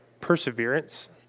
perseverance